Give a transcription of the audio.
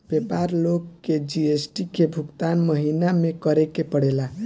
व्यापारी लोग के जी.एस.टी के भुगतान महीना में करे के पड़ेला